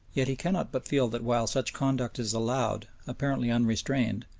yet he cannot but feel that while such conduct is allowed, apparently unrestrained,